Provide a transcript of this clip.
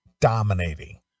dominating